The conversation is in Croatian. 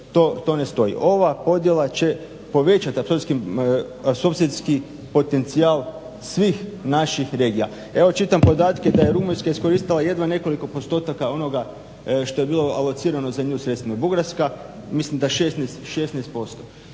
to ne stoji. Ova podjela će povećati apsorpcijski potencijal svih naših regija. Evo čitam podatke da je Rumunjska iskoristila jedva nekolik postotaka onoga što je bilo alocirano za nju sredstvima. Bugarska mislim da 16%.